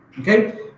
Okay